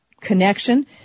connection